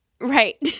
right